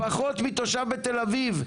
פחות מתושב בתל אביב,